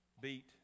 beat